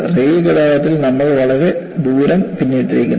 rail ഗതാഗതത്തിൽ നമ്മൾ വളരെ ദൂരം പിന്നിട്ടിരിക്കുന്നു